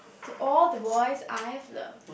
to all the boys I've loved